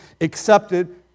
accepted